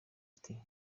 ati